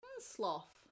sloth